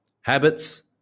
habits